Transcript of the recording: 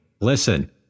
Listen